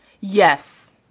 Yes